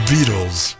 Beatles